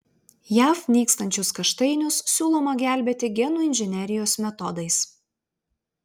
jav nykstančius kaštainius siūloma gelbėti genų inžinerijos metodais